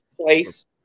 place